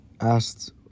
asked